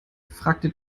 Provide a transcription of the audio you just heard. fragte